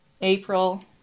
April